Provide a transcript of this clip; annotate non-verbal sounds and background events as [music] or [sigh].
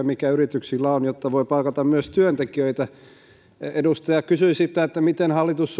[unintelligible] mikä yrityksillä on jotta voi palkata myös työntekijöitä edustaja kysyi miten hallitus [unintelligible]